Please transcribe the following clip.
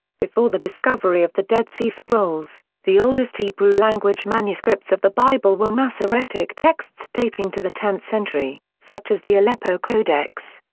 before the discovery of the dead sea scrolls, the oldest hebrew language manuscripts of the bible were masoretic texts dating to the tenth century, such as the aleppo codex.